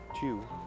Two